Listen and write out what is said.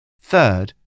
Third